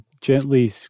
gently